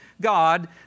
God